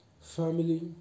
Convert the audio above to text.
Family